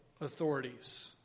authorities